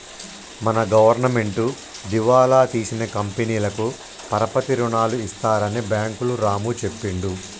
మన గవర్నమెంటు దివాలా తీసిన కంపెనీలకు పరపతి రుణాలు ఇస్తారని బ్యాంకులు రాము చెప్పిండు